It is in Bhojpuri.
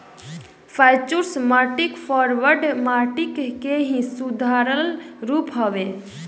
फ्यूचर्स मार्किट फॉरवर्ड मार्किट के ही सुधारल रूप हवे